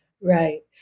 Right